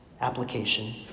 application